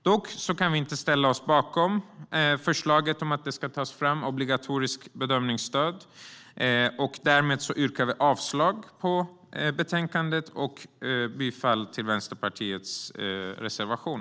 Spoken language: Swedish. Dock kan vi inte ställa oss bakom förslaget att obligatoriska bedömningsstöd ska tas fram, och därmed yrkar vi avslag på förslaget i betänkandet och bifall till Vänsterpartiets reservation.